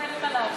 סומכת עליו.